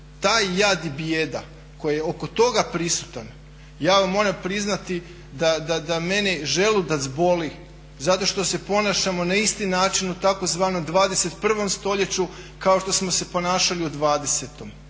taj jad i bijeda koji je oko toga prisutan ja vam moram priznati da mene želudac boli zato što se ponašamo na isti način u tzv. 21.stoljeću kao što smo se ponašali u 20.i svi se